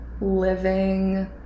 living